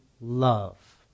love